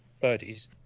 birdies